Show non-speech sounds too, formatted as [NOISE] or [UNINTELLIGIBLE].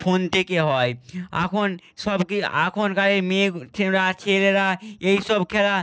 phone থেকে হয় এখন সব কি এখনকারের মেয়ে [UNINTELLIGIBLE] ছেলেরা এইসব খেলা